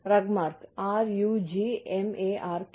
RUGMARK RU G M A R K